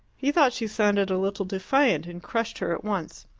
he thought she sounded a little defiant, and crushed her at once.